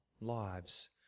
lives